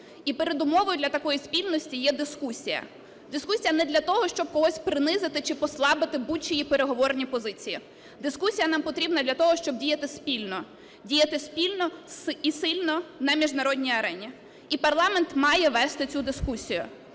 І передумовою для такої спільності є дискусія. Дискусія не для того, щоб когось принизити чи послабити будь-чиї переговорні позиції, дискусія нам потрібна для того, щоб діяти спільно, діяти спільно і сильно на міжнародній арені. І парламент має вести цю дискусію.